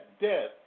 death